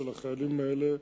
של החיילים האלה,